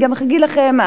אני גם אגיד לכם,